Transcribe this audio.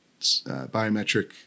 biometric